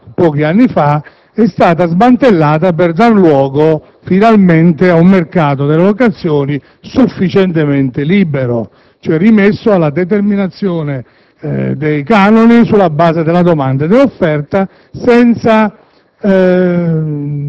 fino al recente passato, è stata smantellata per dare finalmente luogo ad un mercato delle locazioni sufficientemente libero, quindi rimesso alla determinazione dei canoni sulla base della domanda e dell'offerta, senza